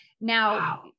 Now